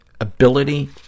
ability